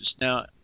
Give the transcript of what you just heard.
Now